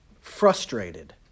frustrated